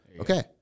Okay